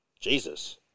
Jesus